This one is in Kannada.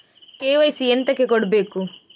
ಕೆ.ವೈ.ಸಿ ಎಂತಕೆ ಕೊಡ್ಬೇಕು?